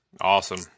Awesome